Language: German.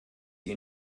die